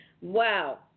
wow